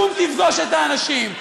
קום תפגוש את האנשים,